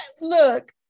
look